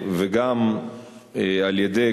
וגם על-ידי,